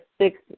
six